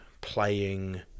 playing